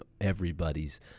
everybody's